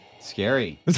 Scary